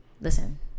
listen